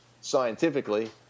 scientifically